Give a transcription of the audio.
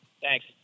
Thanks